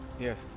yes